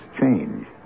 change